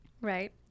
right